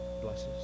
blesses